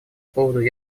поводу